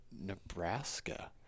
Nebraska